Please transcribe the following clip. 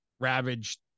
ravaged